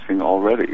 already